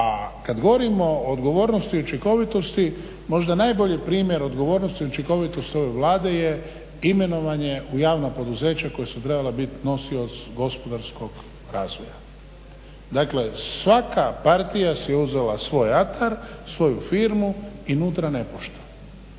A kad govorimo o odgovornosti i učinkovitosti možda najbolji primjer odgovornosti i učinkovitosti ove Vlade je imenovanje u javna poduzeća koja su trebala biti nosioc gospodarskog razvoja. Dakle, svaka partija si je uzela svoj atar, svoju firmu i unutra …/Govorni